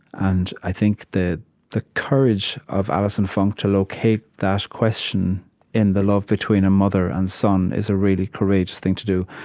and i think that the courage of allison funk to locate that question in the love between a mother and son is a really courageous thing to do,